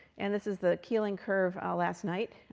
and this is the keeling curve last night,